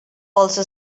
also